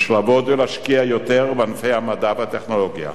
יש לעבוד ולהשקיע יותר בענפי המדע והטכנולוגיה,